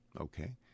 Okay